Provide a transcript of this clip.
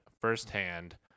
firsthand